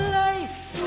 life